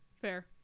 Fair